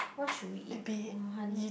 what should we eat Wild Honey